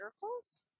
circles